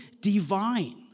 divine